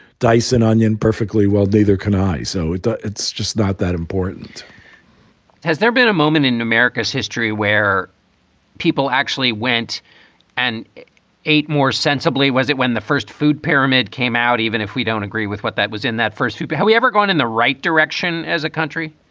dyson onion perfectly well, neither can i. so it's just not that important has there been a moment in in america's history where people actually went and eat more sensibly? was it when the first food pyramid came out, even if we don't agree with what that was in that first food? have we ever gone in the right direction as a country?